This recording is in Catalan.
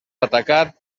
atacat